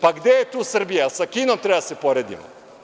Pa, gde je tu Srbija, sa Kinom treba da se poredimo.